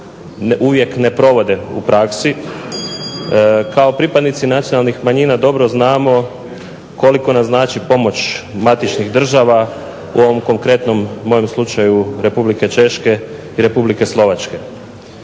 uvijek ne provode u praksi, kao pripadnici nacionalnih manjina dobro znamo koliko nam znači pomoć matičnih država, u ovom konkretnom mojem slučaju Republike Češke i Republike Slovačke.